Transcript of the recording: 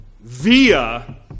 via